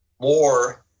more